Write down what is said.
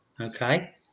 okay